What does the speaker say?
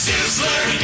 Sizzler